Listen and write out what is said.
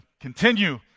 continue